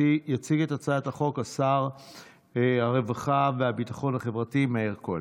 יציג את הצעת החוק שר הרווחה והביטחון החברתי מאיר כהן.